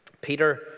Peter